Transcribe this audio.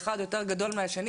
כל אחד יותר גדול מהשני,